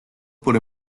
por